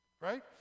right